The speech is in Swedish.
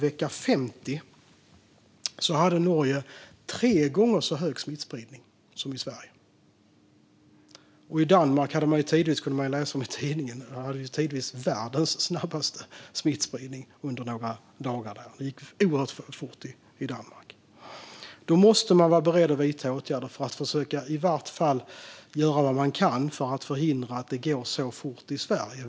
Vecka 50 hade Norge tre gånger så hög smittspridning som Sverige. Man kunde läsa i tidningen att Danmark under några dagar hade världens snabbaste smittspridning; det gick oerhört fort i Danmark. I en sådan situation måste man vara beredd att vidta åtgärder för att i varje fall göra vad man kan för att förhindra att det går så fort i Sverige.